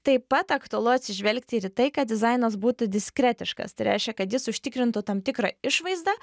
taip pat aktualu atsižvelgti ir į tai kad dizainas būtų diskretiškas tai reiškia kad jis užtikrintų tam tikrą išvaizdą